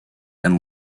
and